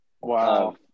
Wow